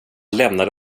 lämnade